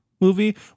movie